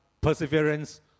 perseverance